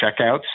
checkouts